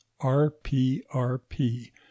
rprp